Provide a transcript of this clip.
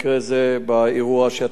באירוע שאתה ציינת,